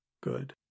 good